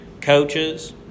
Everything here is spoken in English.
coaches